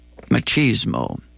machismo